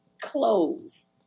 clothes